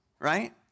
Right